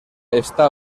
està